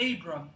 Abram